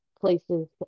places